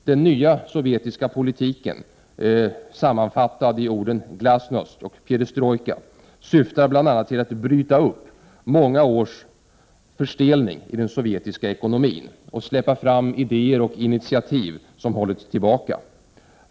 Den nya sovjetiska politiken, sammanfattad i orden glasnost och perestrojka, syftar bl.a. till att bryta upp många års förstelning av den sovjetiska ekonomin och släppa fram idéer och initiativ söm hållits tillbaka.